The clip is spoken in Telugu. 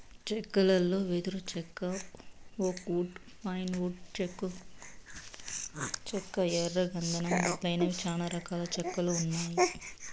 చెక్కలలో వెదురు చెక్క, ఓక్ వుడ్, పైన్ వుడ్, టేకు చెక్క, ఎర్ర గందం మొదలైనవి చానా రకాల చెక్కలు ఉన్నాయి